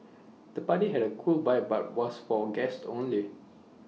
the party had A cool vibe but was for guests only